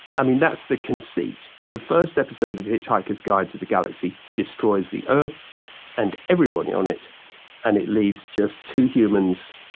that's the conceit. the first episode of hitchhiker's guide to the galaxy destroys the earth and everybody on it and it leaves just two humans,